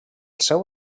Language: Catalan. seu